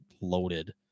loaded